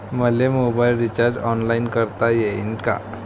मले mobile recharge online करता येईन का?